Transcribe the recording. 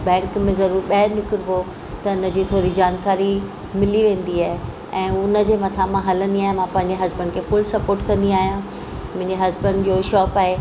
bank में ज़रूर ॿाहिरि निकरबो त त इनजी थोरी जानकारी मिली वेंदी आहे ऐं उनजे मथां मां हलंदी आहियां मां पंहिंजे हस्बैंड खे फुल स्पोट कंदी आहियां मुंहिंजे हस्बैंड जो शॉप आहे